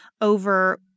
over